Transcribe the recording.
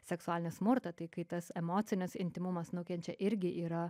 seksualinį smurtą tai kai tas emocinis intymumas nukenčia irgi yra